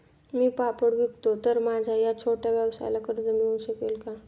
मी पापड विकतो तर माझ्या या छोट्या व्यवसायाला कर्ज मिळू शकेल का?